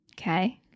Okay